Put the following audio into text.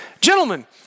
Gentlemen